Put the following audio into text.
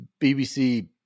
BBC